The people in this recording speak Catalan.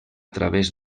través